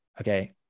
Okay